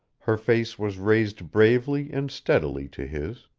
her face was raised bravely and steadily to his.